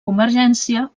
convergència